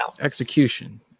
Execution